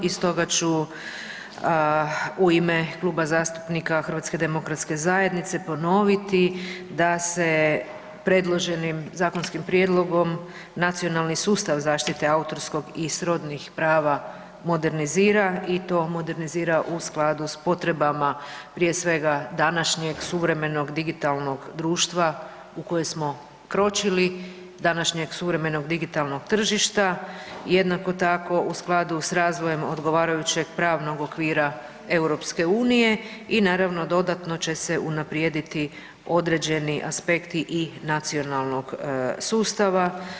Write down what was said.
I stoga ću u ime Kluba zastupnika HDZ-a ponoviti da se predloženim zakonskim prijedlogom nacionalni sustav zaštite autorskog i srodnih prava modernizira i to modernizira u skladu s potrebama prije svega današnjeg suvremenog digitalnog društva u koje smo kročili, današnjeg suvremenog digitalnog tržišta i jednako tako u skladu s razvojem odgovarajućeg pravnog okvira EU i naravno dodatno će se unaprijediti određeni aspekti i nacionalnog sustava.